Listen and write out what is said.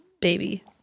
baby